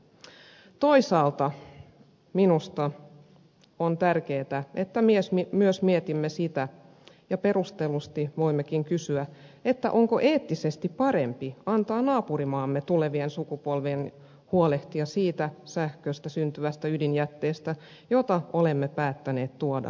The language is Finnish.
toisaalta minusta on tärkeätä että myös mietimme ja perustellusti voimmekin kysyä sitä onko eettisesti parempi antaa naapurimaamme tulevien sukupolvien huolehtia siitä sähköstä syntyvästä ydinjätteestä jota olemme päättäneet tuoda suomeen